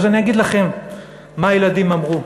אז אני אגיד לכם מה הילדים אמרו: